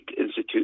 Institute